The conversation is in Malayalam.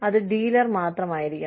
അത് ഡീലർ മാത്രമായിരിക്കണം